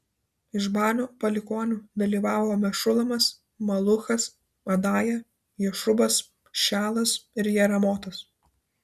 iš banio palikuonių dalyvavo mešulamas maluchas adaja jašubas šealas ir jeramotas